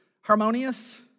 harmonious